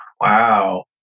Wow